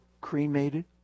cremated